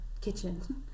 kitchen